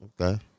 Okay